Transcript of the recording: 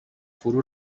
فرو